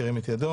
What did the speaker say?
ירים את ידו.